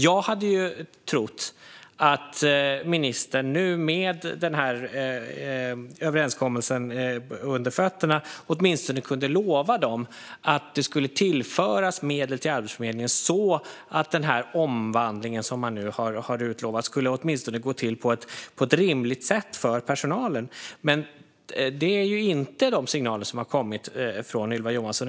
Jag hade trott att ministern med den här överenskommelsen under fötterna åtminstone kunde lova att det skulle tillföras medel till Arbetsförmedlingen så att den omvandling som man nu har utlovat åtminstone skulle gå till på ett rimligt sätt för personalen. Men det är ju inte de signalerna som har kommit från Ylva Johansson.